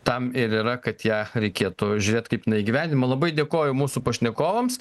tam ir yra kad ją reikėtų žiūrėt kaip jinai įgyvendinama labai dėkoju mūsų pašnekovams